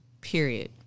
Period